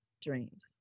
dreams